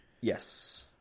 Yes